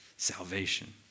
salvation